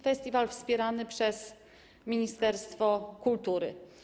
Festiwal wspierany przez ministerstwo kultury.